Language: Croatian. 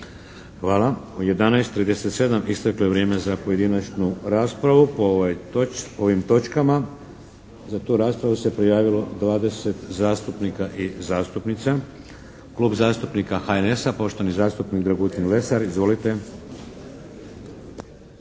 Hvala. U 11,37 isteklo je vrijeme za pojedinačnu raspravu po ovim točkama. Za tu raspravu se prijavilo 20 zastupnika i zastupnica. Klub zastupnika HNS-a, poštovani zastupnik Dragutin Lesar. Izvolite.